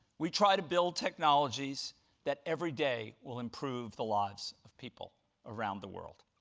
we try to build technologies that every day will improve the lives of people around the world.